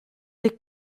les